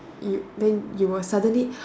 you then you will suddenly